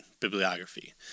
bibliography